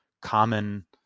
common